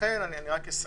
אני אסכם.